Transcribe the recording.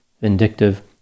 vindictive